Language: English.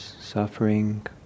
suffering